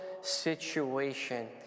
situation